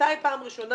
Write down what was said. ממתי פעם ראשונה